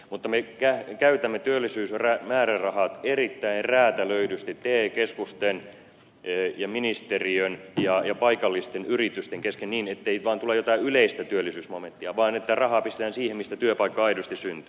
mutta me käytämme työllisyysmäärärahat erittäin räätälöidysti te keskusten ja ministeriön ja paikallisten yritysten kesken niin ettei vain tule jotain yleistä työllisyysmomenttia vaan että rahaa pistetään siihen mistä työpaikka aidosti syntyy